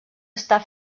està